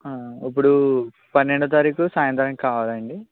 ఇప్పుడు పన్నెండో తారీఖు సాయంత్రానికి కావాలా అండి